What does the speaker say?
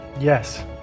Yes